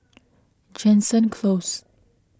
Jansen Close